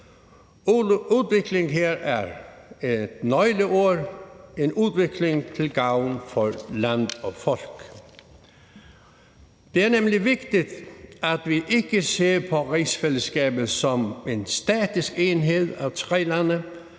Udvikling er her et nøgleord, en udvikling til gavn for land og folk. Det er nemlig vigtigt, at vi ikke ser på rigsfællesskabet som en statisk enhed af tre lande,